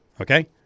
okay